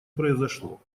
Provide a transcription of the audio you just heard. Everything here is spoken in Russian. произошло